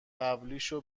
قبلیشو